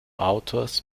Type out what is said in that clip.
autors